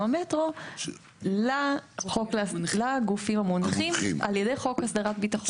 המטרו לגופים המונחים על ידי חוק הסדרת ביטחון.